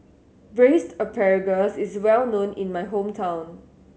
Braised Asparagus is well known in my hometown